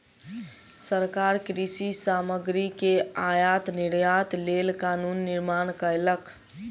सरकार कृषि सामग्री के आयात निर्यातक लेल कानून निर्माण कयलक